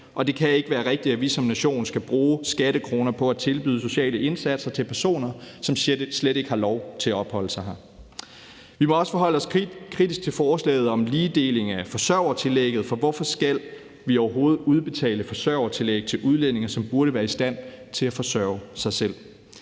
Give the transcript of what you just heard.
Det kan ikke være rigtigt, at vi som nation skal bruge skattekroner på at tilbyde sociale indsatser til personer, som slet ikke har lov til at opholde sig her. Vi må også forholde os kritisk til forslaget om ligedeling af forsørgertillægget, for hvorfor skal vi overhovedet udbetale forsørgertillæg til udlændinge, som burde være i stand til at forsørge sig selv?